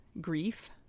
grief